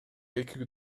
эки